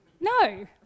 No